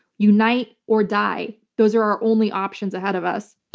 unite or die. those are our only options ahead of us.